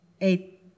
eight